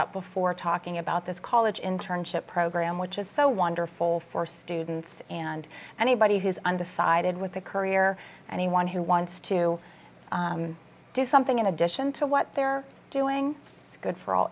up before talking about this college internship program which is so wonderful for students and anybody who's undecided with a career anyone who wants to do something in addition to what they're doing is good for all